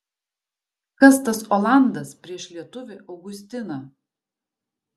kas tas olandas prieš lietuvį augustiną